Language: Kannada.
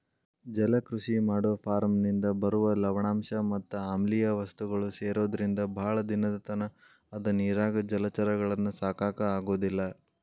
ಜಲಕೃಷಿ ಮಾಡೋ ಫಾರ್ಮನಿಂದ ಬರುವ ಲವಣಾಂಶ ಮತ್ ಆಮ್ಲಿಯ ವಸ್ತುಗಳು ಸೇರೊದ್ರಿಂದ ಬಾಳ ದಿನದತನ ಅದ ನೇರಾಗ ಜಲಚರಗಳನ್ನ ಸಾಕಾಕ ಆಗೋದಿಲ್ಲ